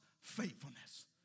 faithfulness